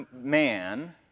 man